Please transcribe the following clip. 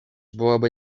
byłoby